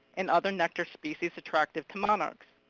and other nectar species attractive to monarchs.